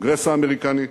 בקונגרס האמריקני.